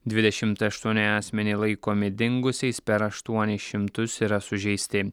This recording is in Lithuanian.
dvidešimt aštuoni asmenį laikomi dingusiais per aštuonis šimtus yra sužeisti